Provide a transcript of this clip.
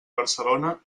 barcelona